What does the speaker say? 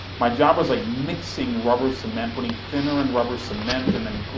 my job was like, mixing rubber cement, putting thinner and rubber cement, and and